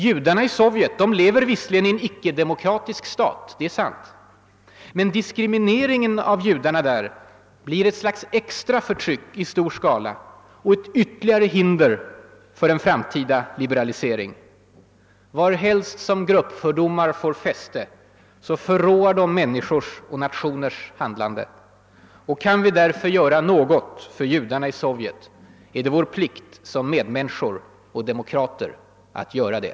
Judarna i Sovjet lever visserligen i en ickedemokratisk stat, det är riktigt, men diskrimineringen av judarna där blir ett slags extra förtryck i stor skala och ett ytterligare hinder för en framtida li beralisering. Var helst gruppfördomar får fäste så förråar de människors och nationers handlande. Och kan vi därför göra något för judarna i Sovjet är det vår plikt som medmänniskor och demokrater att göra det.